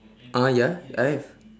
ah ya I have